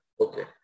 Okay